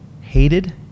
hated